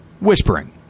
whispering